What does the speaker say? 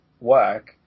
work